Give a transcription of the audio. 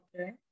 Okay